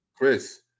Chris